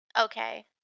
Okay